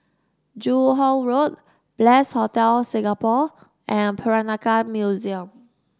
Joo Hong Road Bliss Hotel Singapore and Peranakan Museum